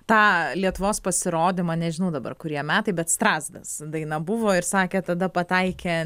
tą lietuvos pasirodymą nežinau dabar kurie metai bet strazdas daina buvo ir sakė tada pataikė